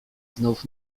znów